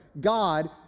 God